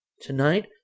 Tonight